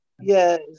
Yes